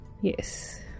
Yes